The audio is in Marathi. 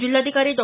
जिल्हाधिकारी डॉ